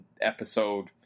episode